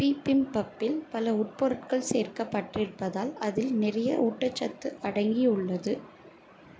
பிபிம்பப்பில் பல உட்பொருட்கள் சேர்க்கப்பட்டிருப்பதால் அதில் நிறைய ஊட்டச்சத்து அடங்கியுள்ளது